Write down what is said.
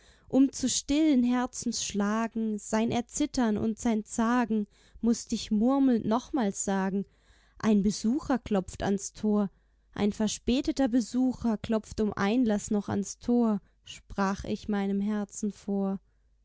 um zu stillen herzens schlagen sein erzittern und sein zagen mußt ich murmelnd nochmals sagen ein besucher klopft ans tor ein verspäteter besucher klopft um einlaß noch ans tor sprach ich meinem herzen vor